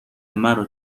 مرا